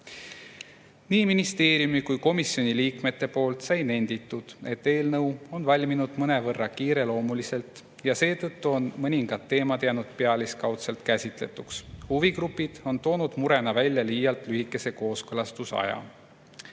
Nii ministeeriumi kui ka komisjoni liikmed nentisid, et eelnõu on valminud mõnevõrra kiireloomuliselt ja seetõttu on mõningad teemad jäänud pealiskaudselt käsitletuks. Huvigrupid on toonud murena välja liialt lühikese kooskõlastusaja.